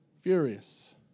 furious